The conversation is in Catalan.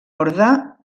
orde